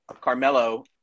Carmelo